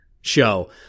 show